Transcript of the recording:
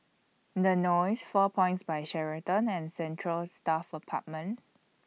The Knolls four Points By Sheraton and Central Staff Apartment